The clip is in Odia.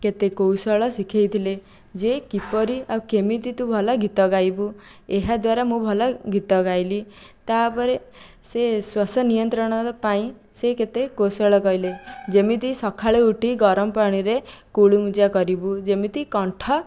କେତେ କୌଶଳ ଶିଖେଇଥିଲେ ଯେ କିପରି ଆଉ କେମିତି ତୁ ଭଲ ଗୀତ ଗାଇବୁ ଏହାଦ୍ଵାରା ମୁଁ ଭଲ ଗୀତ ଗାଇଲି ତାପରେ ସେ ଶ୍ଵାସ ନିୟନ୍ତ୍ରଣ ପାଇଁ ସେ କେତେ କୌଶଳ କହିଲେ ଯେମିତି ସକାଳୁ ଉଠି ଗରମ ପାଣିରେ କୁଳୁକୁଚା କରିବୁ ଯେମିତି କଣ୍ଠ